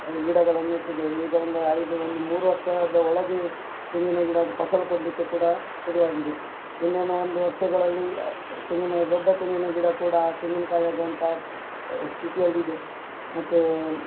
ಗಿಡಗಳನ್ನು ನೆಟ್ಟಿದ್ದೇವೆ ಈಗ ಒಂದು ಐದು ಒಂದು ಮೂರು ವರ್ಷದ ಒಳಗೆ ತೆಂಗಿನ ಗಿಡದ ಫಸಲು ಕೊಡಲಿಕ್ಕೆ ಕೂಡ ಶುರುವಾಗಿದೆ ಇನ್ನೇನು ಒಂದು ವರ್ಷಗಳಲ್ಲಿ ತೆಂಗಿನ ದೊಡ್ಡ ತೆಂಗಿನ ಗಿಡ ಕೂಡ ಆ ತೆಂಗಿನಕಾಯಿ ಆಗುವಂಥ ಸ್ಥತಿಯಲ್ಲಿದೆ ಮತ್ತು